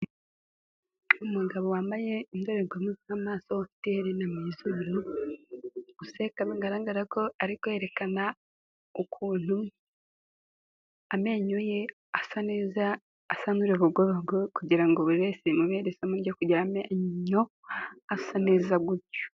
Umugabo wambaye indorerwamo z'amaso, ufite iherena mu izuru, useka bigaragra ko ari kwerekana ukuntu amenyo ye asa neza, asa nk'urubogobogo kugira ngo buri wese bimubere isomo ryo kugira amenyo asa neza gutyo.